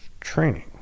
training